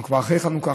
אנחנו כבר אחרי חנוכה,